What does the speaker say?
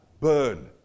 burn